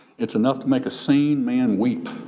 it's enough to make a sane man weep.